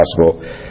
possible